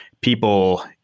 people